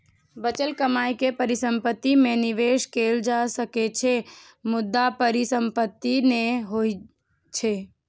बचल कमाइ के परिसंपत्ति मे निवेश कैल जा सकै छै, मुदा परिसंपत्ति नै होइ छै